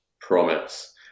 promise